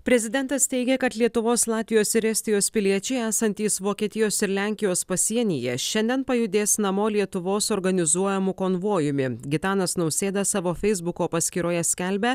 prezidentas teigė kad lietuvos latvijos ir estijos piliečiai esantys vokietijos ir lenkijos pasienyje šiandien pajudės namo lietuvos organizuojamu konvojumi gitanas nausėda savo feisbuko paskyroje skelbia